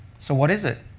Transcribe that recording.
so what is it?